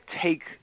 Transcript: take